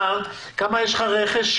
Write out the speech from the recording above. שכר, כמה רכש יש לך?